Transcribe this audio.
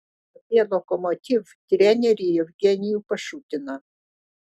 apie lokomotiv trenerį jevgenijų pašutiną